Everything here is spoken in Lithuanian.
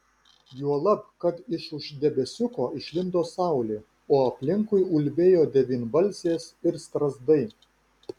juolab kad iš už debesiuko išlindo saulė o aplinkui ulbėjo devynbalsės ir strazdai